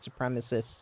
supremacists